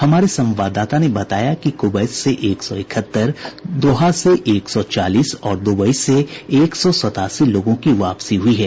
हमारे संवाददाता ने बताया है कि कुवैत से एक सौ इकहत्तर दोहा से एक सौ चालीस और दुबई से एक सौ सतासी लोगों की वापसी हुई है